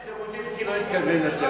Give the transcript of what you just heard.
ודאי שז'בוטינסקי לא התכוון לזה.